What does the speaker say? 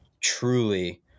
truly